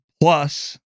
plus